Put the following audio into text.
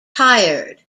tired